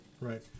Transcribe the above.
Right